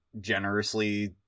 generously